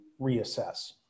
reassess